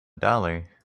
dollar